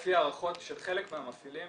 לפי הערכות של חלק מהמפעילים